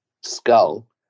skull